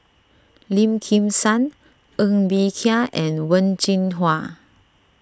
Lim Kim San Ng Bee Kia and Wen Jinhua